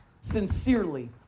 sincerely